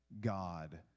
God